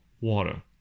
water